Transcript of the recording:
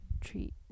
treat